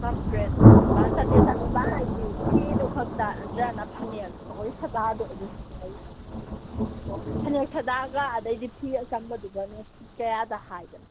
ꯆꯥꯇ꯭ꯔꯦꯠ ꯆꯅꯤꯄꯥꯟ ꯆꯥꯇ꯭ꯔꯦꯠ ꯆꯅꯤꯄꯥꯟ ꯍꯥꯏꯁꯤ ꯐꯤꯗꯣ ꯈꯛꯇ ꯅꯠꯇ꯭ꯔꯒꯅ ꯐꯅꯦꯛ ꯑꯩꯈꯣꯏ ꯁꯥꯗꯗꯣ ꯑꯗꯨꯁꯨ ꯌꯥꯎꯔꯤꯔꯣ ꯑꯣ ꯐꯅꯦꯛ ꯁꯥꯗꯒ ꯑꯗꯩꯗꯤ ꯐꯤ ꯑꯆꯝꯕꯗꯨꯒꯅꯦ ꯀꯌꯥꯗ ꯍꯥꯏꯕꯅꯣ